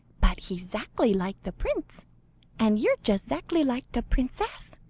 but he's zackly like the prince and you're just zackly like the princess,